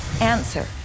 answer